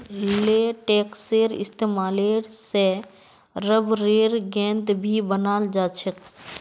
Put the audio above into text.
लेटेक्सेर इस्तेमाल से रबरेर गेंद भी बनाल जा छे